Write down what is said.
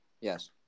Yes